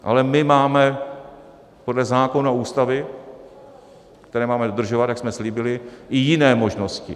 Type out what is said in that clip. Ale my máme podle zákonů a Ústavy, které máme dodržovat, jak jsme slíbili, i jiné možnosti.